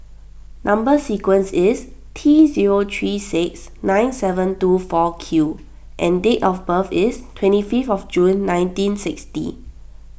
Number Sequence is T zero three six nine seven two four Q and date of birth is twenty five of June nineteen sixty